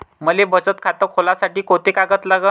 मले बचत खातं खोलासाठी कोंते कागद लागन?